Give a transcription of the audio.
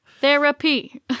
Therapy